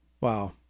wow